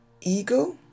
ego